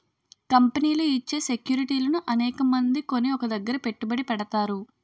కంపెనీలు ఇచ్చే సెక్యూరిటీలను అనేకమంది కొని ఒక దగ్గర పెట్టుబడి పెడతారు